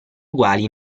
uguali